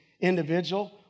individual